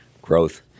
growth